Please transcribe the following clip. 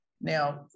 Now